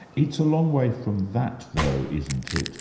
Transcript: it's a long way from that though, isn't it,